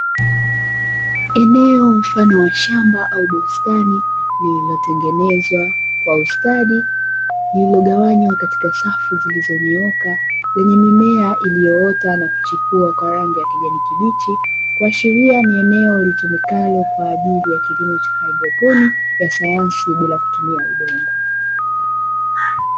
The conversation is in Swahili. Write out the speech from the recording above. Eneo mfano wa shamba au bustani lililotengenezwa kwa ustadi lililogawanywa katika safu zilizonyooka lenye mimea iliyoota na kuchipua kwa rangi ya kijani kibichi, kuashiria ni eneo litumikalo kwa ajili ya kilimo cha haidroponi ya sayansi ya bila kutumia udongo.